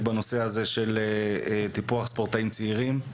בנושא הזה של טיפוח ספורטאים צעירים.